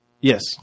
Yes